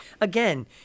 again